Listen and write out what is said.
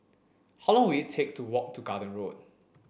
how long will it take to walk to Garden Road